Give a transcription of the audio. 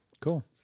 Cool